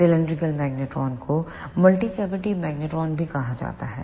cylindrical cylindrical magnetron को multi cavity magnetron भी कहा जाता है